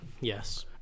Yes